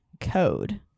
Code